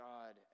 God